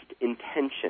intention